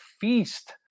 feast